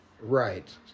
Right